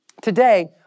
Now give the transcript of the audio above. today